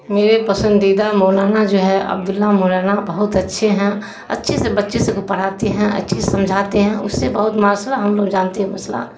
میرے پسندیدہ مولانا جو ہے عبد اللہ مولانا بہت اچھے ہیں اچھے سے بچے سے کو پڑھاتے ہیں اچھے سے سمجھاتے ہیں اس سے بہت ما شاء اللہ ہم لوگ جانتے ہیں مسئلہ